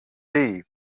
eve